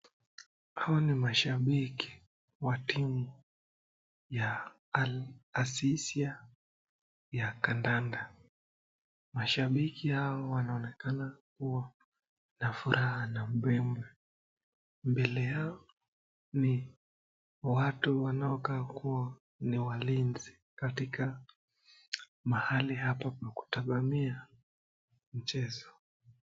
Hawa ni mashababiki Wa timu ya Al alsisia ya kandanda. Mashababiki hao wanaonekana kuwa na furaha na mbwembwe . Mbele yao ni watu wanotambuliwa kama ni walinzi katika mahali hapa pa kutazamia mchezo.